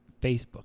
Facebook